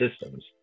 systems